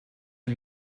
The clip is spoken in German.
ein